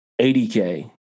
80K